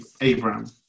Abraham